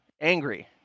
angry